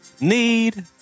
need